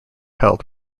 held